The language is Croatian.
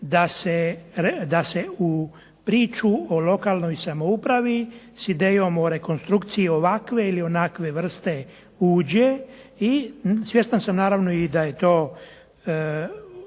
da se u priču o lokalnoj samoupravi s idejom o rekonstrukciji ovakve ili onakve vrste uđe i svjestan sam naravno i da je to